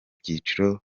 byiciro